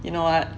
you know what